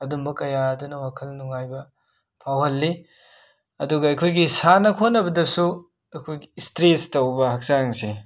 ꯑꯗꯨꯝꯕ ꯀꯌꯥꯗꯨꯅ ꯋꯥꯈꯜ ꯅꯨꯡꯉꯥꯏꯕ ꯐꯥꯎꯍꯜꯂꯤ ꯑꯗꯨꯒ ꯑꯈꯣꯏꯒꯤ ꯁꯥꯟꯅ ꯈꯣꯠꯅꯕꯗꯁꯨ ꯑꯈꯣꯏ ꯁ꯭ꯇ꯭ꯔꯦꯁ ꯇꯧꯕ ꯍꯛꯆꯥꯡꯁꯦ